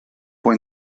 può